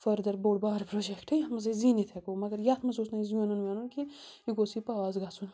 further بوٚڑ بار project یَتھ منٛز أسۍ زیٖنِتھ ہٮ۪کو مگر یَتھ منٛز اوس نہٕ اَسہِ زینُن وینُن کِہیٖنۍ یہِ گوژھ یہِ پاس گژھُن